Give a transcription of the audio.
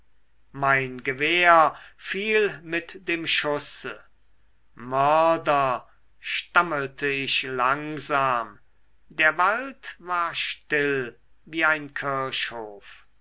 mein gewehr fiel mit dem schusse mörder stammelte ich langsam der wald war still wie ein kirchhof